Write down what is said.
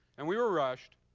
and we were rushed.